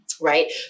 right